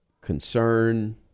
concern